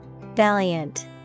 Valiant